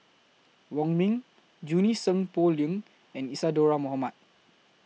Wong Ming Junie Sng Poh Leng and Isadhora Mohamed